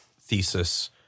thesis